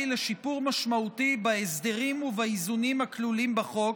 לשיפור משמעותי בהסדרים ובאיזונים הכלולים בחוק,